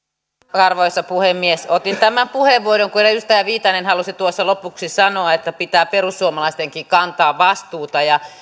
arvoisa puhemies otin tämän puheenvuoron kun edustaja viitanen halusi tuossa lopuksi sanoa että pitää perussuomalaistenkin kantaa vastuuta